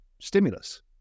stimulus